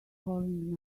calling